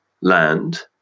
land